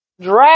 drag